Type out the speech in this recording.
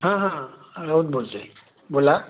हां हां राऊत बोलतो आहे बोला